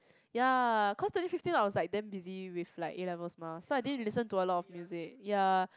ya cause twenty fifteen I was like damn busy with like A-levels mah so I didn't listen to a lot of music ya